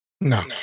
No